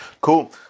Cool